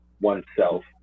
oneself